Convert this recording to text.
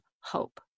hope